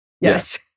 Yes